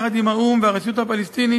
יחד עם האו"ם והרשות הפלסטינית,